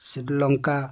Sri Lanka